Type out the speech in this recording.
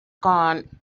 gone